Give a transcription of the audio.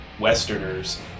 westerners